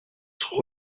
son